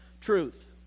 truth